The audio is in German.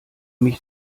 mich